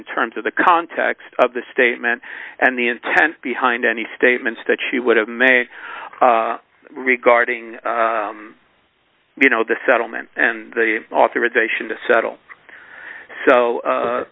in terms of the context of the statement and the intent behind any statements that she would have made regarding you know the settlement and the authorization to settle so